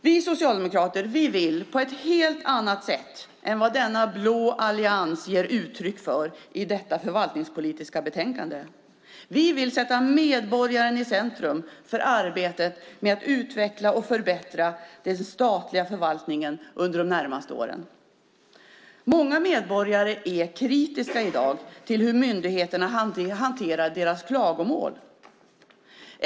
Vi socialdemokrater vill på ett helt annat sätt än vad denna blå allians ger uttryck för i detta förvaltningspolitiska betänkande sätta medborgaren i centrum för arbetet med att utveckla och förbättra den statliga förvaltningen under de närmaste åren. Många medborgare är kritiska i dag till hur myndigheterna hanterar deras klagomål.